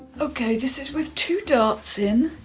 okay, this is with two darts in.